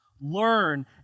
Learn